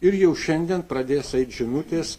ir jau šiandien pradės eit žinutės